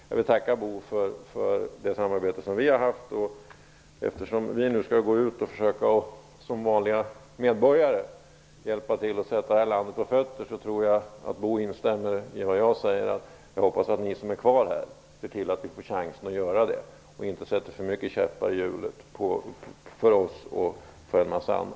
Jag vill tacka Bo G Jenevall för det samarbete som vi har haft. Eftersom vi nu skall försöka gå ut som vanliga medborgare och hjälpa till att sätta det här landet på fötter tror jag att Bo G Jenevall instämmer i det jag säger nu: Jag hoppas att ni som är kvar här ser till att vi får chansen att göra det och att ni inte sätter för många käppar i hjulet för oss och för andra.